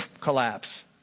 collapse